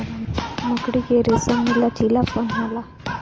मकड़ी के रेसम में लचीलापन होला